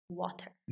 water